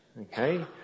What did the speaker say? Okay